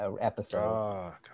episode